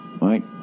right